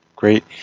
Great